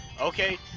okay